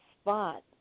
spot